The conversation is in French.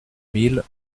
mille